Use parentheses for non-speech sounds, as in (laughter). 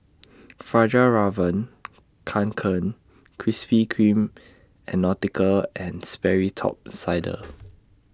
(noise) Fjallraven Kanken Krispy Kreme and Nautica and Sperry Top Sider (noise)